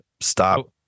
stop